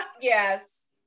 Yes